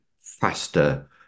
faster